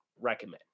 recommend